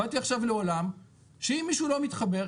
באתי עכשיו לעולם שאם מישהו לא מתחבר,